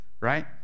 right